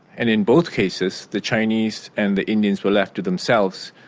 and in both cases, the chinese and the indians were left to themselves.